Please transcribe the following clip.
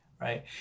right